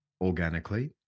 organically